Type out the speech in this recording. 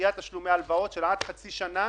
לדחיית תשלומי הלוואות של עד חצי שנה